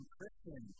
Christian